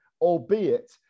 albeit